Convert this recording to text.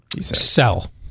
Sell